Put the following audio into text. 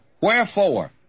Wherefore